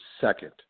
second